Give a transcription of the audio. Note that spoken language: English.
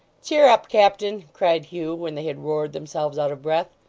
cheer up, captain cried hugh, when they had roared themselves out of breath.